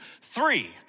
three